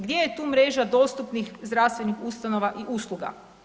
Gdje je tu mreža dostupnih zdravstvenih ustanova i usluga?